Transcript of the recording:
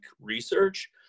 research